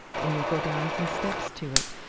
and you go down some steps to it.